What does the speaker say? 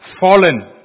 fallen